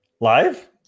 live